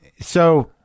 So-